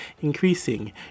increasing